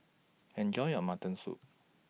Enjoy your Mutton Soup